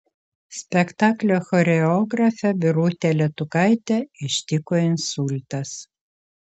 spektaklio choreografę birutę letukaitę ištiko insultas